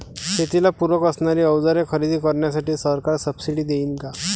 शेतीला पूरक असणारी अवजारे खरेदी करण्यासाठी सरकार सब्सिडी देईन का?